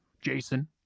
Jason